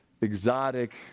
exotic